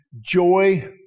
joy